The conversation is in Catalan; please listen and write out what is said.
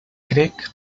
crec